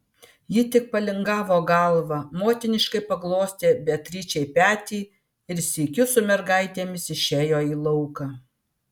ji tik palingavo galvą motiniškai paglostė beatričei petį ir sykiu su mergaitėmis išėjo į lauką